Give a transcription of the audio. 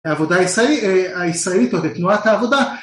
העבודה הישראלית או לתנועת העבודה